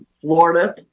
Florida